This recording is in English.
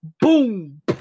Boom